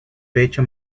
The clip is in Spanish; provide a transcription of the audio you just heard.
pecho